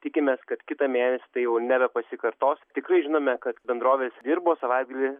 tikimės kad kitą mėnesį tai jau nebepasikartos tikrai žinome kad bendrovės dirbo savaitgalį